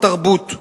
התרבות.